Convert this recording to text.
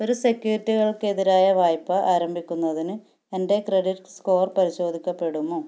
ഒരു സെക്യൂരിറ്റികൾക്കെതിരായ വായ്പ ആരംഭിക്കുന്നതിന് എൻ്റെ ക്രെഡിറ്റ് സ്കോർ പരിശോധിക്കപ്പെടുമോ